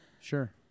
Sure